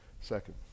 second